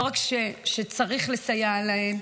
לא רק שצריך לסייע להן,